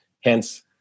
Hence